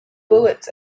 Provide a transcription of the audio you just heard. bullets